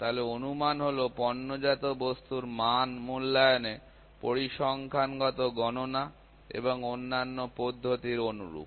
তাহলে অনুমান হলো পণ্যজাত বস্তুর মান মূল্যায়নে পরিসংখ্যানগত গণনা এবং অন্যান্য পদ্ধতির অনুরূপ